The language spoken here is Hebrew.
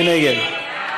מי נגד?